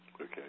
Okay